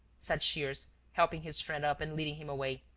said shears, helping his friend up and leading him away,